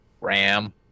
Ram